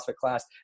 class